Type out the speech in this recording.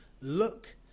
look